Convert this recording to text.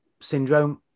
syndrome